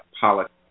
politics